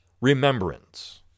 remembrance